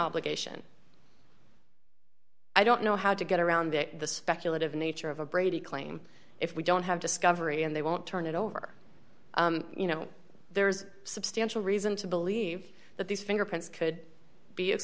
obligation i don't know how to get around the speculative nature of a brady claim if we don't have discovery and they won't turn it over you know there's substantial reason to believe that these fingerprints could be